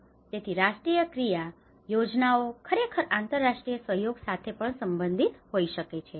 તેથી રાષ્ટ્રીય ક્રિયા યોજનાઓ ખરેખર આંતરરાષ્ટ્રીય સહયોગ સાથે પણ સંબંધિત હોઈ શકે છે